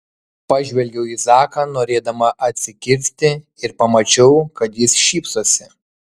pažvelgiau į zaką norėdama atsikirsti ir pamačiau kad jis šypsosi